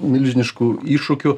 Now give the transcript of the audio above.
milžiniškų iššūkių